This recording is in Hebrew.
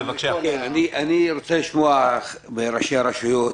אני רוצה לשמוע מראשי הרשויות,